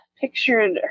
pictured